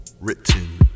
written